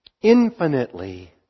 infinitely